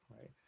right